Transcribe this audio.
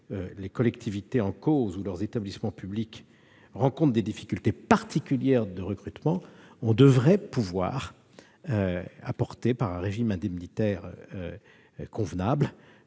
les collectivités en cause ou leurs établissements publics rencontrent des difficultés particulières de recrutement, on devrait pouvoir recruter ces agents en leur offrant un régime indemnitaire convenable.